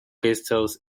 pixels